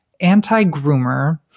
anti-groomer